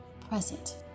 present